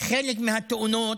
חלק מהתאונות,